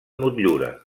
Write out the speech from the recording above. motllura